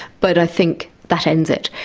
but i think that ends it.